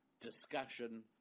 discussion